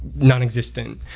nonexistent.